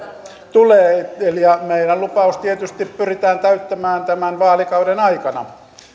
tulee ja lupaus tietysti pyritään täyttämään tämän vaalikauden aikana